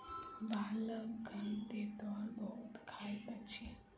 बालकगण तेतैर बहुत खाइत अछि